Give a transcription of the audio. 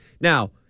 Now